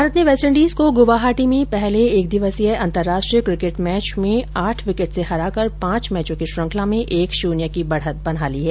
भारत ने वेस्टइंडीज को गुवाहाटी में पहले एकदिवसीय अंतर्राष्ट्रीय क्रिकेट मैच में आठ विकेट से हराकर पांच मैचों की श्रृंखला में एक शून्य की बढ़त बना ली है